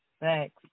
Thanks